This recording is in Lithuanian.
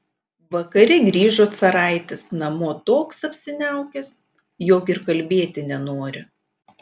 vakare grįžo caraitis namo toks apsiniaukęs jog ir kalbėti nenori